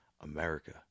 America